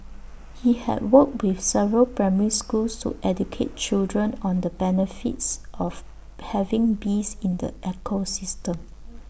he had worked with several primary schools to educate children on the benefits of having bees in the ecosystem